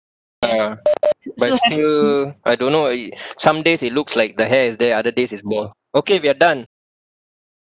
uh but I still I don't know ah some days it looks like the hair is there other days is bald okay we are done